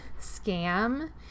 scam